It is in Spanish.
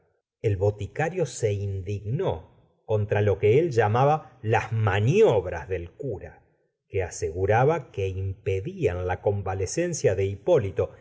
el boticario se indignó contra lo que él llamaba las maniobras del cura que aseguraba que impe dían la convalecencia de hipólito